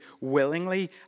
willingly